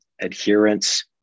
adherence